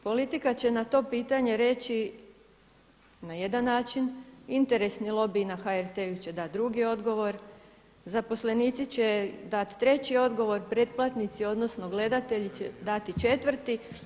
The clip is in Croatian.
Politika će na to pitanje reći na jedan način, interesni lobi na HRT-u će dati drugi odgovor, zaposlenici će dati treći odgovor, pretplatnici odnosno gledatelji će dati četvrti.